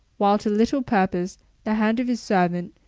while to little purpose the hand of his servant,